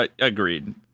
agreed